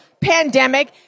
pandemic